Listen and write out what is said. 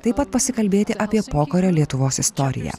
taip pat pasikalbėti apie pokario lietuvos istoriją